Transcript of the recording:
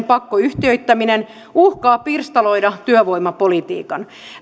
pakkoyhtiöittäminen uhkaa pirstaloida työvoimapolitiikan